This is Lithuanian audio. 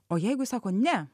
o jeigu jis sako ne